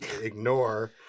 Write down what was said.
ignore